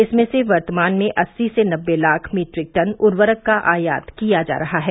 इसमें से वर्तमान में अस्सी से नब्बे लाख मीट्रिक टन उर्वरक का आयात किया जा रहा है